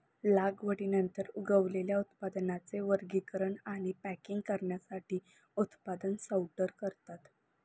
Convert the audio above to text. लागवडीनंतर उगवलेल्या उत्पादनांचे वर्गीकरण आणि पॅकिंग करण्यासाठी उत्पादन सॉर्टर वापरतात